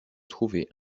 trouver